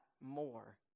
more